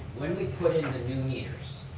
when we put in the new meters,